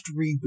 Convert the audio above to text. reboot